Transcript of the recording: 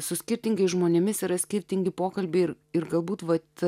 su skirtingais žmonėmis yra skirtingi pokalbiai ir ir galbūt vat